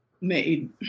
made